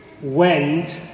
went